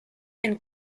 and